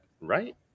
right